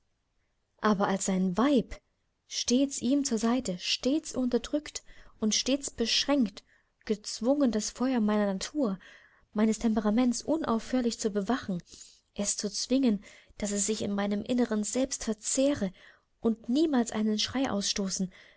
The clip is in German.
aber als sein weib stets ihm zur seite stets unterdrückt und stets beschränkt gezwungen das feuer meiner natur meines temperaments unaufhörlich zu bewachen es zu zwingen daß es sich in meinem innern selbst verzehre und niemals einen schrei ausstoßen